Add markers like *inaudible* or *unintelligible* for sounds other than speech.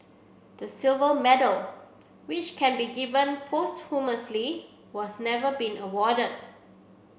the silver medal which can be given *unintelligible* has never been awarded